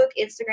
Instagram